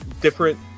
different